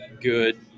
good